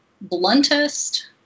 bluntest